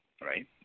right